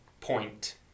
point